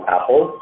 Apple